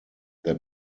their